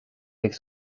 avec